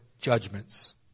judgments